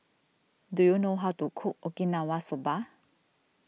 do you know how to cook Okinawa Soba